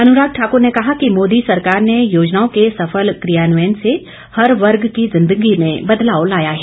अनुराग ठाकर ने कहा कि मोदी सरकार ने योजनाओं के सफल क्रियान्वयन से हर वर्ग की जिन्दगी में बदलाव आया है